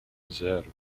zero